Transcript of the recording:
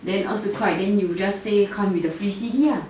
then 二十块 then you just say come with the free C_D ah